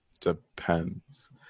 depends